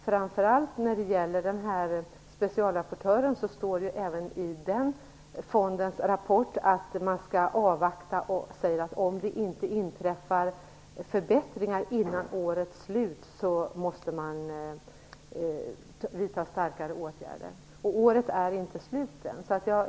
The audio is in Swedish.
Framför allt när det gäller specialrapporten står det även i den fondens rapport att man skall avvakta. Det sägs att om det inte förbättras före årets slut måste man vidta kraftigare åtgärder. Året är inte slut än.